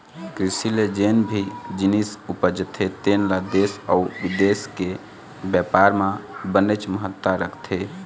कृषि ले जेन भी जिनिस उपजथे तेन ल देश अउ बिदेश के बेपार म बनेच महत्ता रखथे